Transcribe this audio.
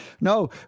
No